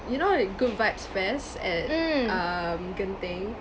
you know the good vibes fest at um genting